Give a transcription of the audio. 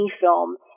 film